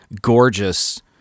gorgeous